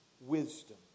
wisdom